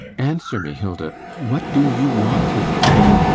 answer me, hilda. what do you want of me?